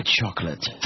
chocolate